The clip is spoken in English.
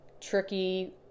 tricky